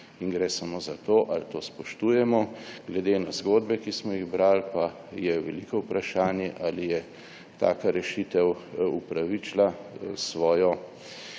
Gre samo za to, ali to spoštujemo. Glede na zgodbe, ki smo jih brali, pa je veliko vprašanje, ali je taka rešitev upravičila svoj